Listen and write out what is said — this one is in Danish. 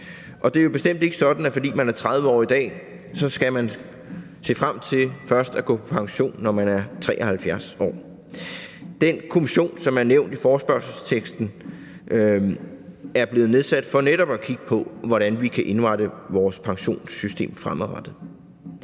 Og det er jo bestemt ikke sådan, at man, fordi man er 30 år i dag, så skal se frem til først at gå på pension, når man er 73 år. Den kommission, som er nævnt i forespørgselsteksten, er blevet nedsat for netop at kigge på, hvordan vi kan indrette vores pensionssystem fremadrettet.